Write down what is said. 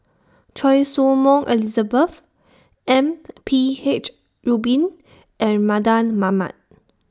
Choy Su Moi Elizabeth M P H Rubin and Mardan Mamat